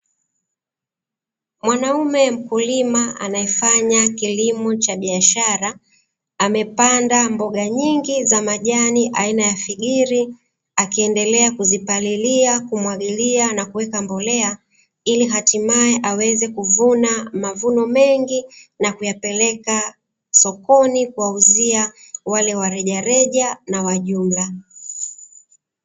Mwanaume mkulima anayefanya kilimo cha biashara amepanda mboga nyingi za majani aina ya figiri akiendelea kuzipalilia, kumwagilia na kuweka mbolea ili hatimaye aweze kuvuna mavuno mengi na kuyapeleka sokoni kuwauzia wale wa rejareja na jumla.